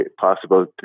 possible